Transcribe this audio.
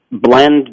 blend